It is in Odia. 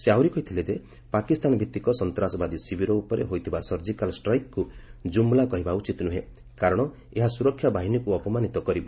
ସେ ଆହୁରି କହିଥିଲେ ଯେ ପାକିସ୍ତାନ ଭିଭିକ ସନ୍ତ୍ରାସବାଦୀ ଶିବିର ଉପରେ ହୋଇଥିବା ସର୍ଜକାଲ୍ ଷ୍ଟ୍ରାଇକ୍କୁ ଜୁମ୍ଲା କହିବା ଉଚିତ ନୁହେଁ କାରଣ ଏହା ସୁରକ୍ଷା ବାହିନୀକୁ ଅପମାନିତ କରିବ